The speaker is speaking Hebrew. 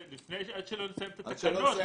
עד שלא נסיים את התקנות,